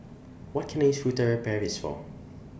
What Can I use Furtere Paris For